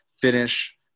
finish